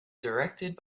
directed